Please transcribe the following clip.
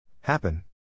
Happen